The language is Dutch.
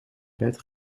bed